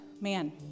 Man